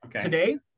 Today